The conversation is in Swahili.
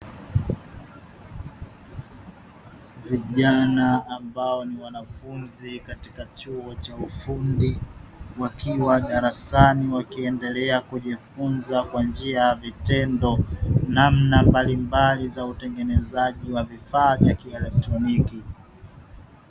Vijana ambao ni wanafunzi katika chuo cha ufundi, wakiwa darasani wakiendelea kujifunza kwa njia ya vitendo; namna mbali mbali za utengenezaji wa vifaa vya kielektroniki.